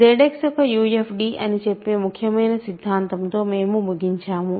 ZX ఒక UFD అని చెప్పే ముఖ్యమైన సిద్ధాంతంతో మేము ముగించాము